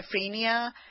schizophrenia